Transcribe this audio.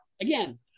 Again